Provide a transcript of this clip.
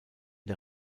der